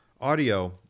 audio